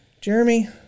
Jeremy